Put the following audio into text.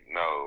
no